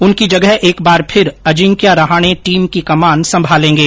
उनकी जगह एक बार फिर अजिंक्या रहाणे टीम की कमान संभालेंगे